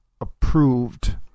approved